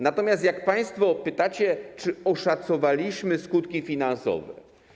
Natomiast państwo pytacie: Czy oszacowaliśmy skutki finansowe?